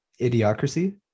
idiocracy